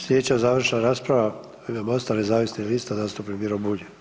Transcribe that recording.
Slijedeća završna rasprava u ime MOST-a nezavisnih lista zastupnik Miro Bulj.